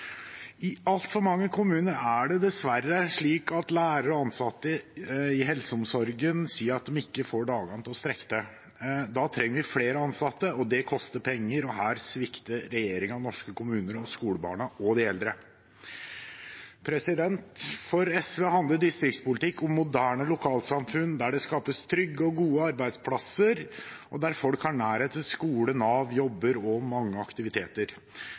I altfor mange kommuner er det dessverre slik at lærere og ansatte i helseomsorgen sier at de ikke får dagene til å strekke til. Da trenger vi flere ansatte. Det koster penger, og her svikter regjeringen norske kommuner, skolebarna og de eldre. For SV handler distriktspolitikk om moderne lokalsamfunn der det skapes trygge og gode arbeidsplasser, og der folk har nærhet til skole, Nav, jobb og mange aktiviteter.